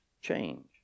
change